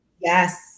Yes